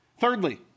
Thirdly